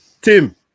Tim